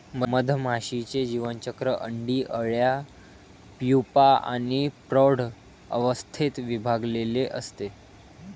मधमाशीचे जीवनचक्र अंडी, अळ्या, प्यूपा आणि प्रौढ अवस्थेत विभागलेले असते